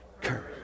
Courage